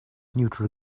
neutral